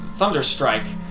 Thunderstrike